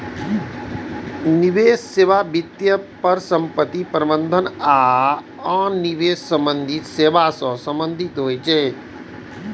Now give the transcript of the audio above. निवेश सेवा वित्तीय परिसंपत्ति प्रबंधन आ आन निवेश संबंधी सेवा सं संबंधित होइ छै